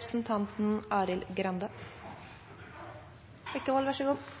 statsråden for så